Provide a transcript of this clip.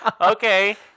okay